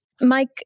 Mike